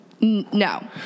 No